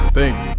Thanks